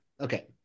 okay